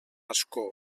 ascó